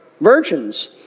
virgins